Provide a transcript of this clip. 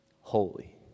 Holy